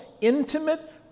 intimate